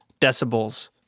decibels